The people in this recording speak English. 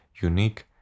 unique